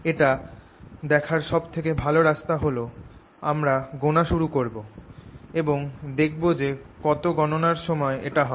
এটা দেখার সব থেকে ভালো রাস্তা হল যে আমরা গোনা শুরু করব এবং দেখব যে কত গণনার সময় এটা হয়